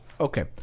Okay